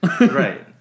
right